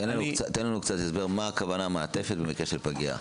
תן לנו קצת הסבר למה הכוונה מעטפת במקרה של פגייה.